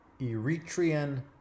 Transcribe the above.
Eritrean